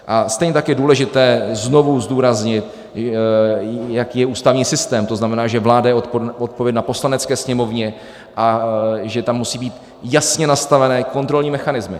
A stejně tak je důležité znovu zdůraznit, jaký je ústavní systém, to znamená, že vláda je odpovědna Poslanecké sněmovně a že tam musí být jasně nastavené kontrolní mechanismy.